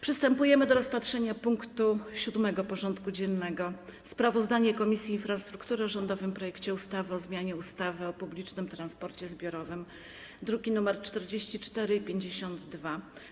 Przystępujemy do rozpatrzenia punktu 7. porządku dziennego: Sprawozdanie Komisji Infrastruktury o rządowym projekcie ustawy o zmianie ustawy o publicznym transporcie zbiorowym (druki nr 44 i 52)